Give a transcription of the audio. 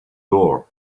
door